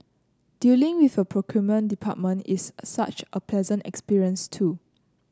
dealing with your procurement department is such a pleasant experience too